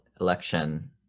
election